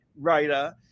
writer